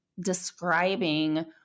describing